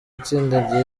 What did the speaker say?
itsinda